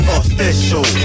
official